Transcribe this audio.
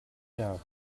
doubt